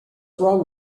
wrong